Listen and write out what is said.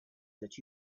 that